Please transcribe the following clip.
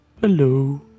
Hello